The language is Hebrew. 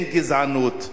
אין גזענות,